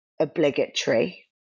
obligatory